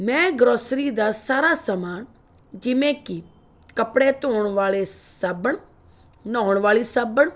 ਮੈਂ ਗਰੋਸਰੀ ਦਾ ਸਾਰਾ ਸਮਾਨ ਜਿਵੇਂ ਕਿ ਕੱਪੜੇ ਧੋਣ ਵਾਲੇ ਸਾਬਣ ਨਹਾਉਣ ਵਾਲੀ ਸਾਬਣ